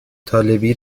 طالبی